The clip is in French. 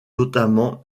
notamment